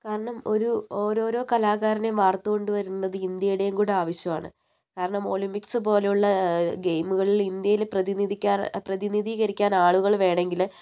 കാരണം ഒരു ഓരോരോ കലാകാരനെയും വാർത്തു കൊണ്ടുവരുന്നത് ഇന്ത്യയുടെയും കൂടെ ആവശ്യമാണ് കാരണം ഒളിമ്പിക്സ് പോലുള്ള ഗെയിമുകളിൽ ഇന്ത്യയിലെ പ്രതിനിധിക്കാറ് പ്രതിനിധീകരിക്കാൻ ആളുകൾ വേണമെങ്കിൽ